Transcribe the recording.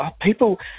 People